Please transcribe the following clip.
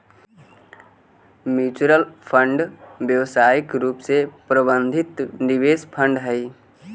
mutual fund व्यावसायिक रूप से प्रबंधित निवेश फंड हई